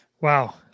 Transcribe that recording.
Wow